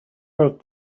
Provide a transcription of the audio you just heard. what